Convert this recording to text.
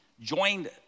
joined